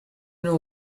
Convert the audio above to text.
know